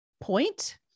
point